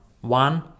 One